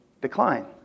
decline